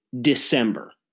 December